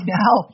now